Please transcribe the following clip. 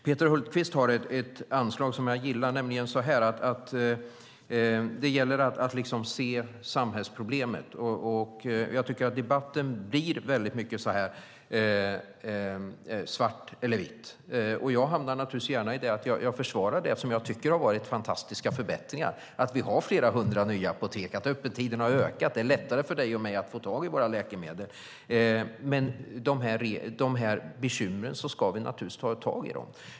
Peter Hultqvist har ett anslag som jag gillar, nämligen att det gäller att se samhällsproblemet. Jag tycker att debatten lätt blir antingen svart eller vit. Jag hamnar naturligtvis i att jag försvarar det som jag tycker har varit fantastiska förbättringar, att vi har flera hundra apotek, att öppettiderna har ökat och det därmed är lättare för dig och mig att få tag i våra läkemedel. När det gäller bekymren ska vi givetvis ta tag i dem.